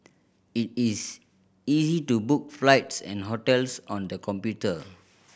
it is easy to book flights and hotels on the computer